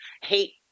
hate